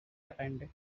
appendix